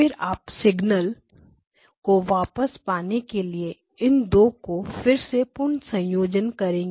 फिर आप single signal को वापस पाने के लिए इन 2 को फिर से पुनः संयोजित करेंगे